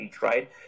right